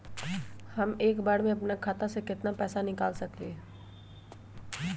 हम एक बार में अपना खाता से केतना पैसा निकाल सकली ह?